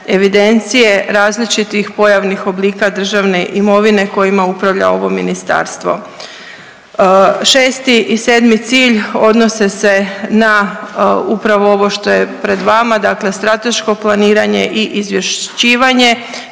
evidencije različitih pojavnih oblika državne imovine kojima upravlja ovo ministarstvo. Šesti i sedmi cilj odnose se na upravo ovo što je pred vama dakle strateško planiranje i izvješćivanje,